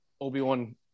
obi-wan